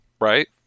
Right